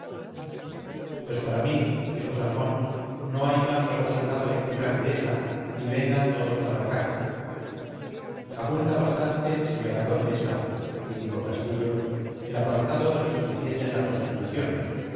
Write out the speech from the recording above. pues para mí dijo salmón no hay más regocijada lectura que esa y vengan todos para acá abulta bastante señora condesa indicó castillo el apartado de los que defienden la constitución